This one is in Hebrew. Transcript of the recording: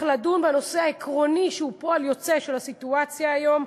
אך לדון בנושא העקרוני שהוא פועל יוצא של הסיטואציה היום,